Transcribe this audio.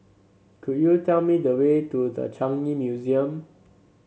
could you tell me the way to The Changi Museum